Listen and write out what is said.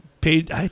paid